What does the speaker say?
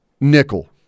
nickel